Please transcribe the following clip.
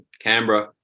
Canberra